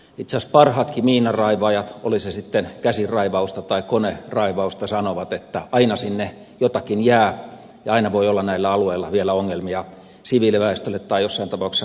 itse asiassa parhaatkin miinanraivaajat oli se sitten käsiraivausta tai koneraivausta sanoivat että aina sinne jotakin jää ja aina voi olla näillä alueilla vielä ongelmia siviiliväestölle tai jossain tapauksessa karjalle